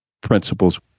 principles